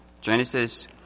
Genesis